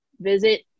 visit